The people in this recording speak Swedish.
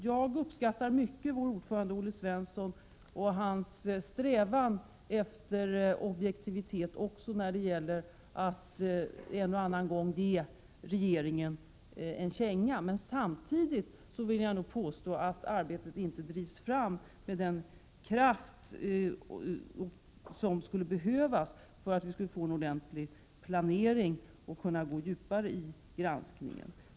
Jag uppskattar mycket vår ordförande Olle Svensson och hans strävan efter objektivitet också när det en eller annan gång gäller att ge regeringen en känga. Men samtidigt vill jag nog påstå att arbetet inte drivs fram med den kraft som skulle behövas för att vi skulle få en ordentlig planering och kunna gå djupare i granskningen.